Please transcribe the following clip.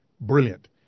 brilliant